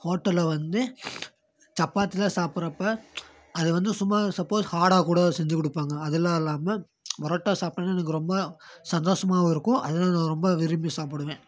ஹோட்டலில் வந்து சப்பாத்திலாம் சாப்பிட்றப்ப அது வந்து சும்மா சப்போஸ் ஹார்டாக கூட செஞ்சுக்கொடுப்பாங்க அதலாம் இல்லாமல் பரோட்டா சாப்பிடணுன்னு எனக்கு ரொம்ப சந்தோஷமாவும் இருக்கும் அதைதான் நான் ரொம்ப விரும்பி சாப்பிடுவேன்